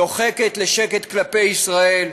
דוחקת לשקט כלפי ישראל,